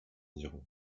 iran